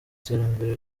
iterambere